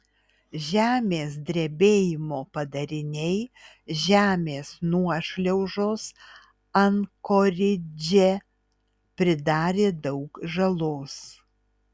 žemės drebėjimo padariniai žemės nuošliaužos ankoridže pridarė daug žalos